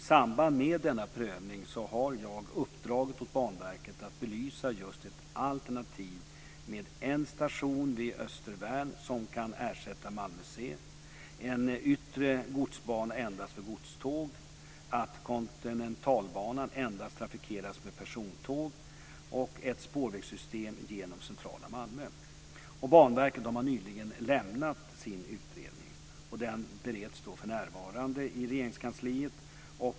I samband med denna prövning har jag uppdragit åt Banverket att belysa just ett alternativ med en station vid Östervärn som kan ersätta Malmö C och en yttre godsbana endast för godståg. Vidare handlar det om att Kontinentalbanan endast trafikeras med persontåg och om ett spårvägssystem genom centrala Malmö. Banverket har nyligen avlämnat sin utredning. Den bereds för närvarande i Regeringskansliet.